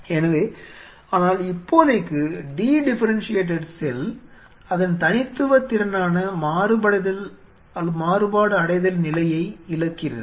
எனவே ஆனால் இப்போதைக்கு டி டிஃபெரெண்ஷியேடெட் செல் அதன் தனித்துவ திறனான மாறுபாடடைதல் நிலையை இழக்கிறது